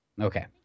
Okay